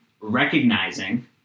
recognizing